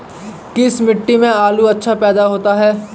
किस मिट्टी में आलू अच्छा पैदा होता है?